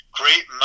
great